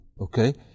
Okay